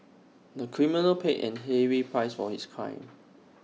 the criminal paid A heavy price for his crime